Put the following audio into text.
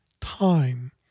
time